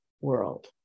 world